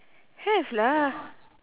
have lah